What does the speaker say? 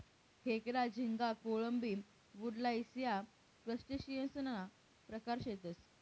खेकडा, झिंगा, कोळंबी, वुडलाइस या क्रस्टेशियंससना प्रकार शेतसं